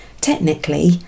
technically